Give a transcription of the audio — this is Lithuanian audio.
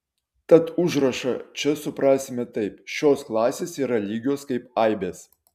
tad užrašą čia suprasime taip šios klasės yra lygios kaip aibės